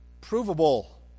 provable